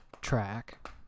track